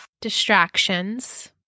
Distractions